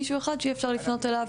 מישהו אחד שיהיה אפשר לפנות אליו.